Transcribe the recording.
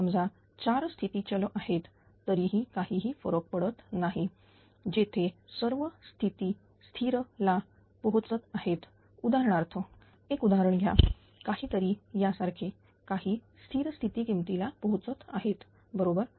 समजा 4 स्थिती चल आहेत तरीही काही फरक पडत नाही जेथे सर्व स्थिर स्थिती ला पोहोचत आहेत उदाहरणार्थ एक उदाहरण घ्या काहीतरी यासारखे काही स्थिर स्थिती किमतीला पोहोचत आहेत बरोबर